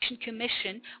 Commission